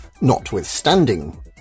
notwithstanding